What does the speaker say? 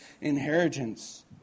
inheritance